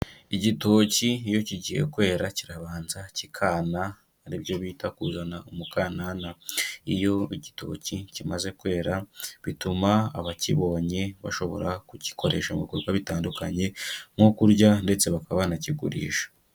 Igitoki iyo kigiye kwera kirabanza kikana; ari byo bita kuzana umukanana, iyo igitoki kimaze kwera bituma abakibonye bashobora kugikoresha mu bikorwa bitandukanye; nko kurya ndetse bakaba banakigurisha.